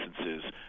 licenses